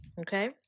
Okay